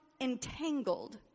entangled